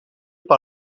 par